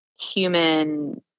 human